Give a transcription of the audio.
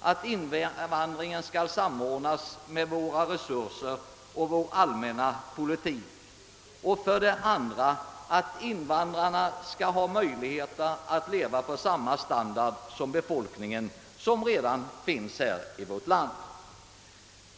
skall invandringen samordnas med våra resurser och vår allmänna politik, för det andra skall invandrarna ha möjlighet att leva på samma standard som den befolkning som redan finns i vårt land.